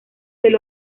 del